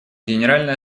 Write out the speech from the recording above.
генеральная